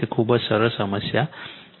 તે ખૂબ જ સરળ સમસ્યા છે